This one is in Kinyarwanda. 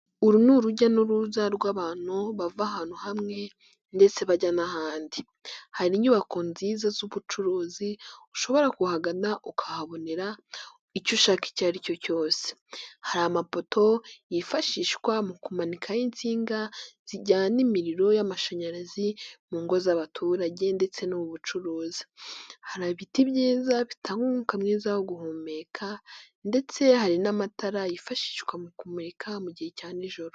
Uru ni urujya n'uruza rw'abantu bava ahantu hamwe ndetse bajya n'ahandi. Hari inyubako nziza z'ubucuruzi ushobora kuhagana ukahabonera icyo ushaka icyo aricyo cyose. Hari amapoto yifashishwa mu kumanikaho insinga zijyana imiriro y'amashanyarazi mu ngo z'abaturage ndetse no mu bucuruzi. Hari ibiti byiza bitanga umwuka mwiza wo guhumeka ndetse hari n'amatara yifashishwa mu kumurika mu gihe cya nijoro.